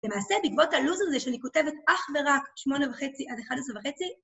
למעשה, בגבות הלו"ז הזה שאני כותבת אך ורק שמונה וחצי, עד אחד עשרה וחצי...